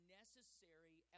necessary